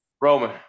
Roman